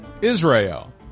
Israel